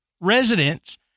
residents